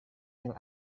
yang